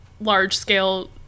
large-scale